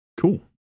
cool